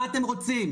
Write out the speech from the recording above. מה אתם רוצים?